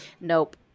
Nope